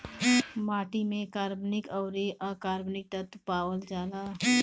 माटी में कार्बनिक अउरी अकार्बनिक तत्व पावल जाला